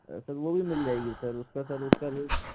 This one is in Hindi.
सर वो भी मिल जाएगी सर उसका सर उसका भी